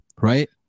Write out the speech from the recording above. right